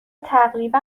تقریبا